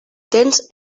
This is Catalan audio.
tens